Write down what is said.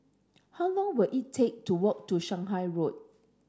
how long will it take to walk to Shanghai Road